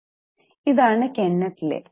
ഇതാണ് കെന്നെത് ലെ